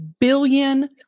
billion